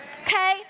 Okay